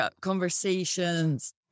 conversations